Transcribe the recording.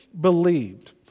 believed